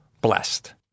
blessed